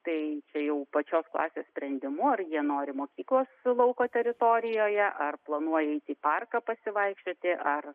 tai jau pačios klasės sprendimu ar jie nori mokyklos lauko teritorijoje ar planuoja eiti į parką pasivaikščioti ar